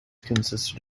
consisted